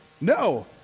No